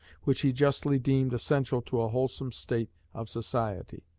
which he justly deemed essential to a wholesome state of society.